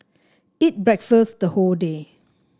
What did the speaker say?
eat breakfast the whole day